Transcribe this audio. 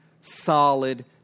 solid